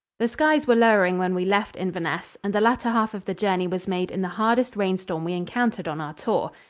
the skies were lowering when we left inverness and the latter half of the journey was made in the hardest rainstorm we encountered on our tour.